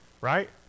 right